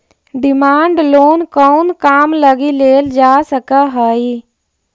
Demand loan कउन काम लगी लेल जा सकऽ हइ?